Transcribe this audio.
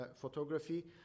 photography